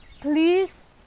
Please